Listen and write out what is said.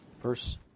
Verse